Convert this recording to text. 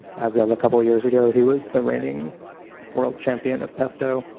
as of a couple of years ago, he was the reigning world champion of pesto.